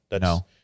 No